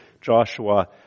Joshua